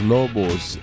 Lobos